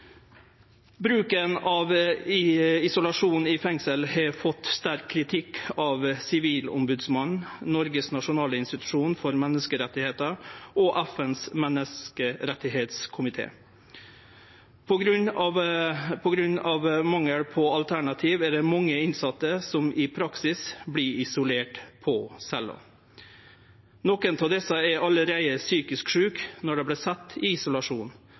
Bruken av isolasjon i fengsel har fått sterk kritikk av Sivilombodsmannen, Noregs nasjonale institusjon for menneskerettar og FNs menneskerettskomité. På grunn av mangel på alternativ er det mange innsette som i praksis vert isolerte på cella. Nokre av desse er allereie psykisk sjuke når dei vert sette i isolasjon,